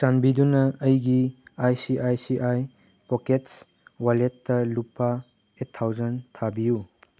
ꯆꯥꯟꯕꯤꯗꯨꯅ ꯑꯩꯒꯤ I C I C I pockets ꯋꯥꯂꯦꯠꯇ ꯂꯨꯄꯥ ꯑꯩꯠ ꯊꯥꯎꯖꯟ ꯊꯥꯕꯤꯌꯨ